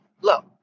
Look